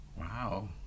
Wow